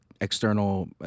external